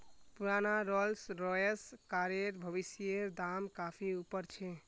पुराना Rolls Royce कारेर भविष्येर दाम काफी ऊपर छे